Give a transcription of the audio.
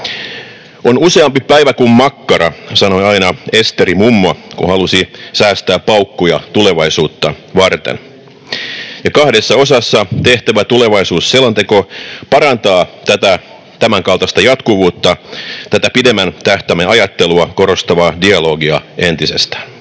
”On useampi päivä kuin makkara”, sanoi aina Esteri-mummo, kun halusi säästää paukkuja tulevaisuutta varten. Kahdessa osassa tehtävä tulevaisuusselonteko parantaa tämänkaltaista jatkuvuutta, tätä pidemmän tähtäimen ajattelua korostavaa dialogia entisestään.